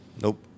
Nope